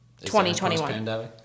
2021